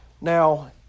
Now